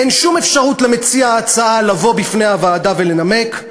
אין שום אפשרות למציע הצעה לבוא לפני הוועדה ולנמק,